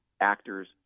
actors